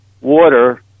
water